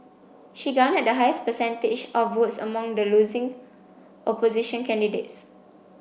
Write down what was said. she garnered the highest percentage of votes among the losing opposition candidates